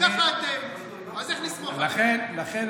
ככה אתם, אז איך נסמוך עליכם?